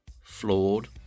flawed